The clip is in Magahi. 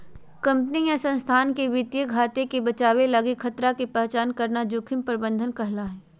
कंपनी या संस्थान के वित्तीय घाटे से बचावे लगी खतरा के पहचान करना जोखिम प्रबंधन कहला हय